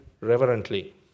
reverently